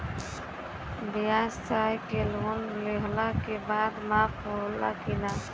ब्यवसाय के लोन लेहला के बाद माफ़ होला की ना?